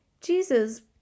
Jesus